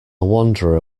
wanderer